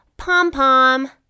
pom-pom